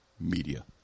media